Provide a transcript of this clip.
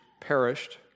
Perished